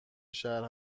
شهر